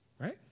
Right